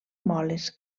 moles